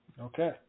Okay